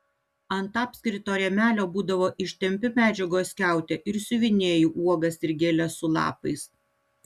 ant apskrito rėmelio būdavo ištempiu medžiagos skiautę ir siuvinėju uogas ir gėles su lapais